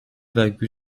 virgule